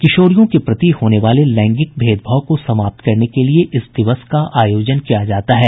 किशोरियों के प्रति होने वाले लैंगिक भेदभाव को समाप्त करने के लिये इस दिवस का आयोजन किया जाता है